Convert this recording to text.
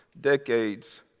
decades